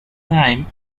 prime